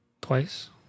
Twice